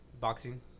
Boxing